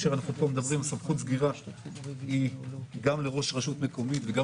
סמכות הסגירה היא גם לראש רשות מקומית וגם